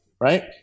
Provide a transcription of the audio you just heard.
right